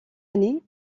année